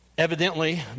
Evidently